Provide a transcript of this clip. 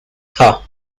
her